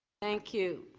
thank you.